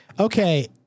Okay